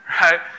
right